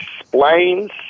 explains